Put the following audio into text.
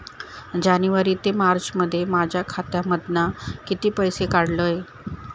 जानेवारी ते मार्चमध्ये माझ्या खात्यामधना किती पैसे काढलय?